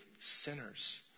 sinners